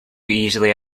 easily